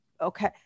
Okay